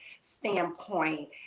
standpoint